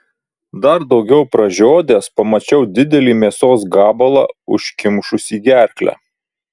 dar daugiau pražiodęs pamačiau didelį mėsos gabalą užkimšusį gerklę